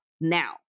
now